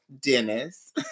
Dennis